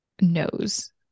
knows